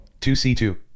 2C2